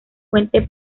fuente